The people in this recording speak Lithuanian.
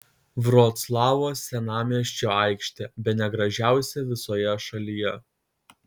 vroclavo senamiesčio aikštė bene gražiausia visoje šalyje